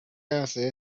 hace